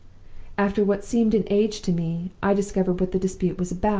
after what seemed an age to me, i discovered what the dispute was about.